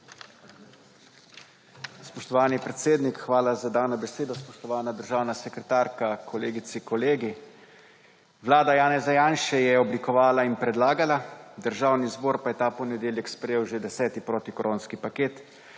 Spoštovani predsednik, hvala za dano besedo. Spoštovana državna sekretarka, kolegice, kolegi! Vlada Janeza Janše je oblikovala in predlagala, Državni zbor pa je ta ponedeljek sprejel že deseti protikoronski paket,